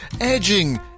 edging